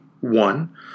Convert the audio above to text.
One